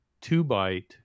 two-byte